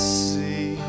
see